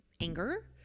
anger